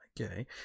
Okay